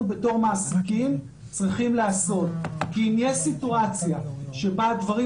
כמעסיקים צריכים לעשות כי אם יש סיטואציה בה דברים